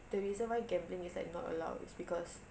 the reason why gambling is like not allowed is because